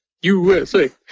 USA